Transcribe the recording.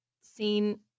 seen